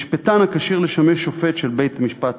משפטן הכשיר לשמש שופט של בית-משפט